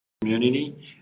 community